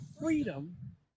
freedom